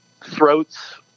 throats